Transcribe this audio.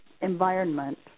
environment